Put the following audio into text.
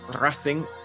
Racing